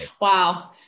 wow